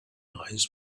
eyes